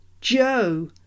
joe